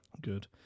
Good